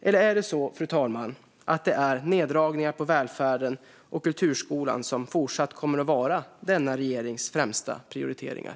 Eller är det så, fru talman, att det är neddragningar på välfärden och kulturskolan som fortsatt kommer att vara denna regerings främsta prioriteringar?